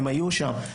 הם היו שם,